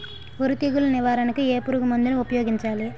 వరి తెగుల నివారణకు ఏ పురుగు మందు ను ఊపాయోగించలి?